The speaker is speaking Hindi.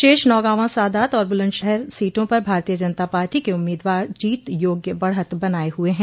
शेष नौगांवा सादात और बुलन्दशहर सीटा पर भारतीय जनता पार्टी के उम्मीदवार जीत योग्य बढ़त बनाये हुए हैं